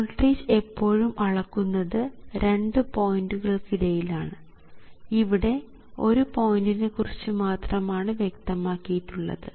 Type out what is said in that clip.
voltage എപ്പോഴും അളക്കുന്നത് രണ്ട് പോയിൻറ്കൾക്ക് ഇടയിലാണ് ഇവിടെ ഒരു പോയിൻറ്നെ കുറിച്ച് മാത്രമാണ് വ്യക്തമാക്കിയിട്ടുള്ളത്